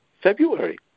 February